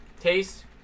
Taste